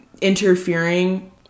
interfering